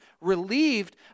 relieved